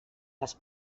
les